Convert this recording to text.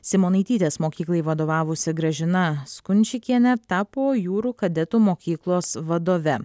simonaitytės mokyklai vadovavusi gražina skunčikienė tapo jūrų kadetų mokyklos vadove